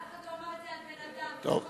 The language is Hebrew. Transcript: אבל אף אחד לא אמר את זה על בן-אדם, תודה.